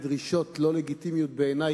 בדרישות לא לגיטימיות בעיני,